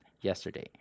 yesterday